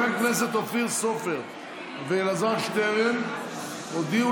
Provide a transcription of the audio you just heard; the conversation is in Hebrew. חברי הכנסת אופיר סופר ואלעזר שטרן הודיעו